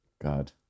god